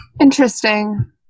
interesting